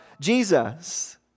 Jesus